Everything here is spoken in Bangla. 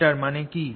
এটার মানে কি